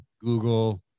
Google